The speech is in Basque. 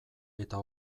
eta